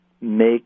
make